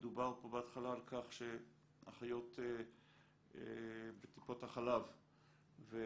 דובר פה בהתחלה על כך שאחיות בטיפות החלב וכל